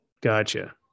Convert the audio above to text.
Gotcha